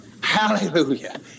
Hallelujah